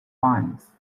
fines